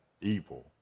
evil